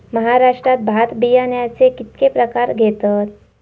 महाराष्ट्रात भात बियाण्याचे कीतके प्रकार घेतत?